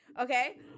okay